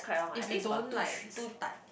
if you don't like start